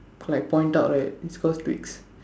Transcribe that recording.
like point out right it's call twigs